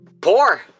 poor